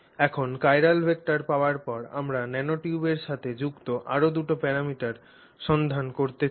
এখন chiral vector পাওয়ার পর আমরা ন্যানোটিউবের সাথে যুক্ত আরও দুটি প্যারামিটার সন্ধান করতে চাই